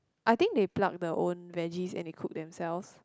I think they pluck the own veggies and they cook themselves